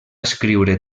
escriure